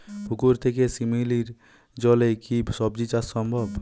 পুকুর থেকে শিমলির জলে কি সবজি চাষ সম্ভব?